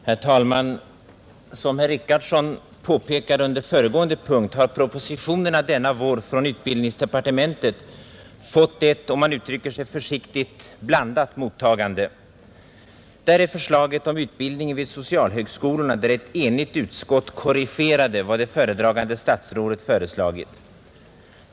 Herr talman! Som herr Richardson påpekade under föregående punkt har propositionerna denna vår från utbildningsdepartementet fått ett — om man uttrycker sig försiktigt — blandat mottagande. Där är förslaget om utbildningen vid socialhögskolorna, där ett enigt utskott korrigerade vad det föredragande statsrådet föreslagit.